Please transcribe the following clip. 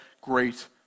great